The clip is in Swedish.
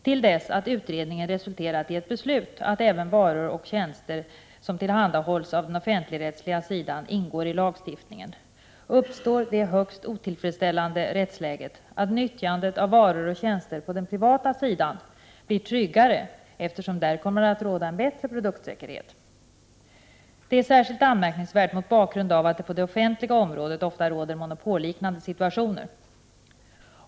Till dess att utredningen resulterat i ett beslut att även varor och tjänster som tillhandahållits av den offentligrättsliga sidan ingår i lagstiftningen, uppstår det högst otillfredsställande rättsläget att nyttjandet av varor och tjänster på den privata sidan blir tryggare, eftersom där kommer att råda en bättre produktsäkerhet. Detta är särskilt anmärkningsvärt mot bakgrund av att det på det offentliga området ofta råder monopolliknande situationer.